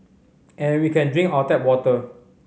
and we can drink our tap water